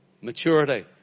Maturity